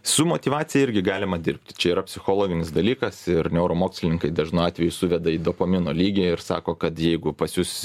su motyvacija irgi galima dirbti čia yra psichologinis dalykas ir neuromokslininkai dažnu atveju suveda į dopamino lygį ir sako kad jeigu pas jus